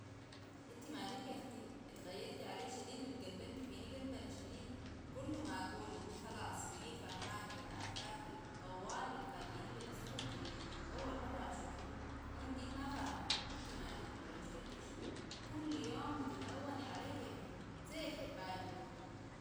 اتي مالك يا اختي اتغيرتي علي شديد واتقلبنتي فيني قلبانة شديدة كل ما اقول اني خلاص بقيت فاهمكي وعارفاكي طوال بيتفاجيني بيتصرف جديد اول مرة اشوفه وانا بقيت ما فاهمه اتي مالك ولا مشكلتك شنو كل يوم بتتلوني علي كيفك زي الحرباية ام روح